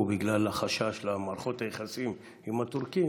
בגלל החשש למערכות היחסים עם הטורקים,